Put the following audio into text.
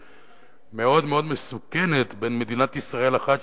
מאוד מאוד מסוכנת בין מדינת ישראל אחת,